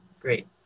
great